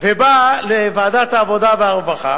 ובא לוועדת העבודה והרווחה.